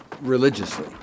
religiously